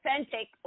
authentic